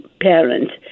parents